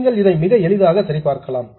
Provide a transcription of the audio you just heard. நீங்கள் இதை மிக எளிதாக சரி பார்க்கலாம்